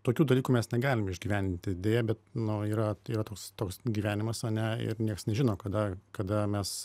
tokių dalykų mes negalim išgyvendinti deja bet nu yra yra toks toks gyvenimas ane ir nieks nežino kada kada mes